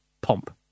Pomp